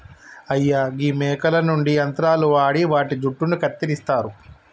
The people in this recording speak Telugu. అయ్యా గీ మేకల నుండి యంత్రాలు వాడి వాటి జుట్టును కత్తిరిస్తారు